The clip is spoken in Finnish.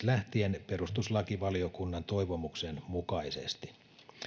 lähtien perustuslakivaliokunnan toivomuksen mukaisesti